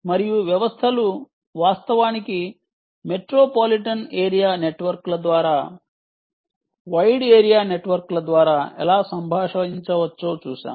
మరియు వ్యవస్థలు వాస్తవానికి మెట్రోపాలిటన్ ఏరియా నెట్వర్క్ల ద్వారా వైడ్ ఏరియా నెట్వర్క్ల ద్వారా ఎలా సంభాషించవచ్చో చూశాము